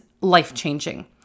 life-changing